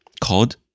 COD